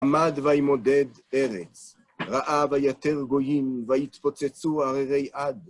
עמד וימודד ארץ, רעב ויתר גויים, ויתפוצצו הררי עד.